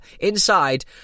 Inside